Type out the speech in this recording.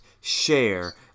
share